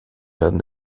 werden